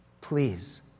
Please